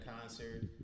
concert